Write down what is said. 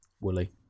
Woolly